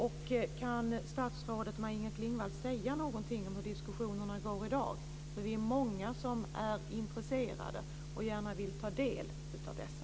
Kan statsrådet Maj Inger Klingvall säga någonting om hur diskussionerna går i dag? Vi är många som är intresserade och gärna vill ta del av dessa.